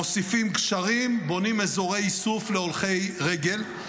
מוסיפים גשרים, בונים אזורי איסוף להולכי רגל.